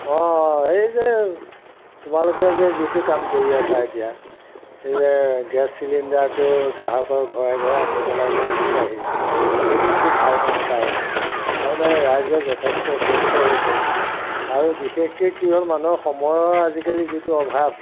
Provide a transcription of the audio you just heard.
অঁ এই যে তোমালোকে যে যিটো কাম কৰি আছা এতিয়া এই যে গেছ চিলিণ্ডাৰটোৰ গ্ৰাহকৰ ঘৰে ঘৰে আনি পেলাই যে দিছাহি এইটো খুব ভাল কাম এটা হৈছে তাৰমানে ৰাইজে যথেষ্ট উপকৃত হৈছে আৰু বিশেষকৈ কি হ'ল মানুহৰ সময়ৰ আজিকালি যিটো অভাৱ